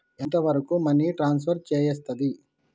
ఎంత వరకు money transfer చేయస్తది?